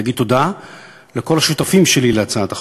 להגיד תודה לכל השותפים שלי להצעת החוק: